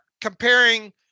comparing